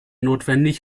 notwendig